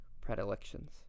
predilections